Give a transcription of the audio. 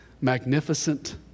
magnificent